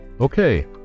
Okay